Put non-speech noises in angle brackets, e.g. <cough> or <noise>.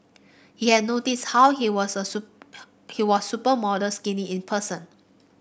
he had noticed how he was super <noise> he was supermodel skinny in person